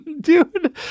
dude